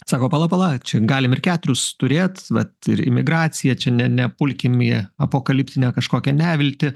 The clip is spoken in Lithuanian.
sako pala pala čia galim ir keturius turėt vat ir imigracija čia ne nepulkim į į apokaliptinę kažkokią neviltį